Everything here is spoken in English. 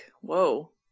Whoa